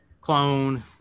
clone